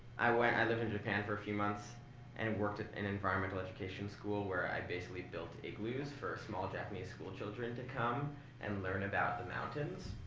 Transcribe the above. i went i lived in japan for a few months and worked at an environmental education school where i basically built igloos for small japanese school children to come and learn about the mountains,